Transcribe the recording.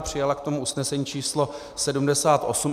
Přijala k tomu usnesení číslo 78.